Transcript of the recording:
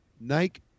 Nike